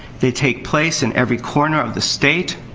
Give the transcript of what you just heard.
they take place in every corner of the state,